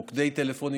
מוקדי טלפונים.